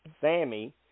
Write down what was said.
Sammy